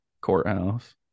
courthouse